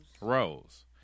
Rose